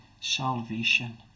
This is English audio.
salvation